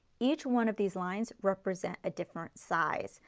each one of these lines represents a different size.